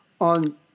on